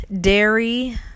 dairy